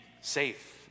safe